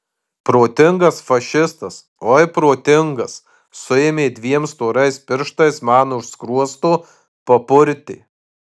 protingas fašistas oi protingas suėmė dviem storais pirštais man už skruosto papurtė